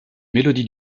mélodies